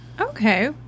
Okay